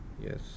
Yes